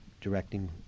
directing